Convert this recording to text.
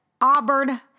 Auburn